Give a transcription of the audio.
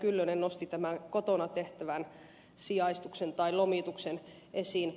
kyllönen nosti tämän kotona tehtävän sijaistuksen tai lomituksen esiin